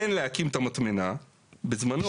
מאחר ובזמנו,